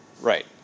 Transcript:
Right